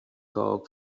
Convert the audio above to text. called